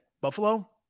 Buffalo